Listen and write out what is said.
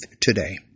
today